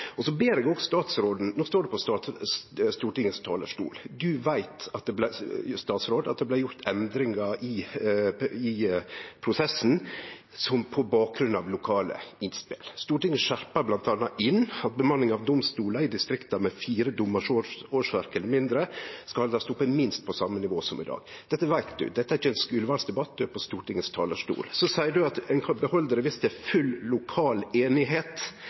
Så ber eg òg statsråden: No står du på Stortingets talarstol, og statsråden veit at det blei gjort endringar i prosessen på bakgrunn av lokale innspel. Stortinget skjerpa bl.a. inn at bemanninga av domstolar i distrikt med fire dommars årsverk eller mindre skal haldast oppe, minst på same nivå som i dag. Dette veit du, dette er ikkje ein skulevalsdebatt, du er på Stortingets talarstol. Så seier du at ein kan behalde det viss det er full lokal einigheit.